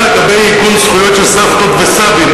לגבי עיגון זכויות של סבתות וסבים,